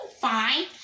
fine